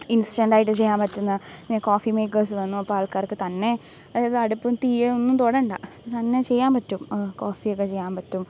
ഇൻസ്റ്റൻ്റായിട്ട് ചെയ്യാൻ പറ്റുന്ന ഈ കോഫി മേക്കേഴ്സ് വന്നു അപ്പോൾ ആൾക്കാർക്ക് തന്നെ അതായത് അടുപ്പും തീയും ഒന്നും തൊടേണ്ട തന്നെ ചെയ്യാൻ പറ്റും കോഫിയൊക്കെ ചെയ്യാൻ പറ്റും